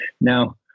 Now